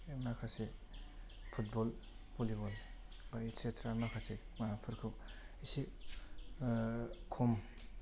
माखासे football volleyball बा etcetera माखासे माबाफोरखौ इसे खम